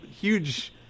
huge